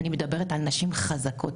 אני מדברת על נשים חזקות,